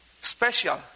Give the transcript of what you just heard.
Special